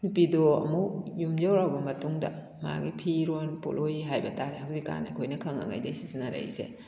ꯅꯨꯄꯤꯗꯣ ꯑꯃꯨꯛ ꯌꯨꯝ ꯌꯧꯔꯛꯂꯕ ꯃꯇꯨꯡꯗ ꯃꯥꯒꯤ ꯐꯤ ꯔꯣꯟ ꯄꯣꯠꯂꯣꯏ ꯍꯥꯏꯕ ꯇꯥꯔꯦ ꯍꯧꯖꯤꯛ ꯀꯥꯟ ꯑꯩꯈꯣꯏꯅ ꯈꯪꯂꯛꯉꯩꯗꯩ ꯁꯤꯖꯤꯟꯅꯔꯛꯂꯤꯁꯦ